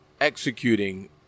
executing